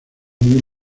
muy